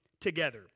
together